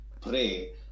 pray